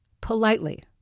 politely